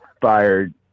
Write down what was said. fired